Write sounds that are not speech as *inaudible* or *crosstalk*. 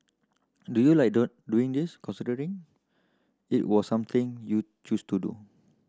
do you like *unintelligible* doing this considering it was something you chose to do